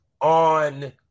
on